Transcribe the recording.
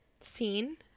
Scene